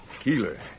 Keeler